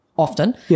often